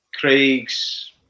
Craig's